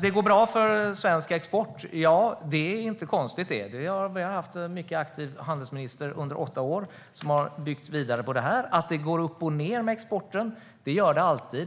Det går bra för svensk export. Ja, det är inte konstigt, det. Vi har haft en mycket aktiv handelsminister under åtta år som har byggt vidare på att det går upp och ned med exporten. Det gör det alltid.